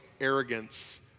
arrogance